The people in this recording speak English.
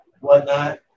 whatnot